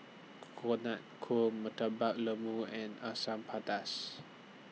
Coconut Ku Murtabak Lembu and Asam Pedas